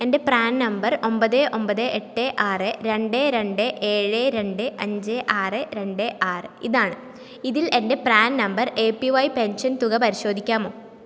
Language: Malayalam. എൻ്റെ പ്രാൻ നമ്പർ ഒമ്പത് ഒമ്പത് എട്ട് ആറ് രണ്ട് രണ്ട് ഏഴ് രണ്ട് അഞ്ച് ആറ് രണ്ട് ആറ് ഇതാണ് ഇതിൽ എൻ്റെ PRAN number A P Y pension തുക പരിശോധിക്കാമോ